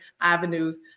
avenues